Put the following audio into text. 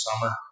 summer